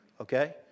Okay